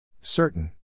Certain